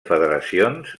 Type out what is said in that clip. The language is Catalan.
federacions